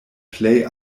plej